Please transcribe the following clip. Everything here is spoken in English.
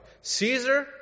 Caesar